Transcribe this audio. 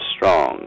strong